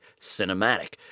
cinematic